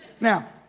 Now